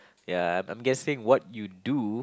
ya I'm I'm guessing what you do